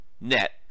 net